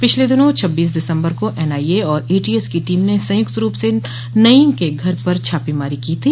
पिछले दिनों छब्बीस दिसम्बर को एनआईए और एटीएस की टीम ने संयुक्त रूप से नईम के घर पर छापेमारी की थी